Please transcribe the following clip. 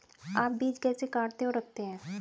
आप बीज कैसे काटते और रखते हैं?